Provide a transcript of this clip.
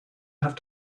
have